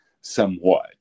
somewhat